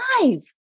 five